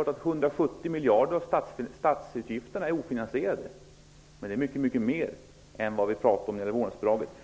att 170 miljarder av statsutgifterna är ofinansierade, men det är mycket mer än vad vi talar om när det gäller vårdnadsbidraget.